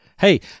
Hey